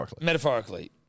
Metaphorically